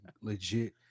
legit